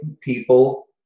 people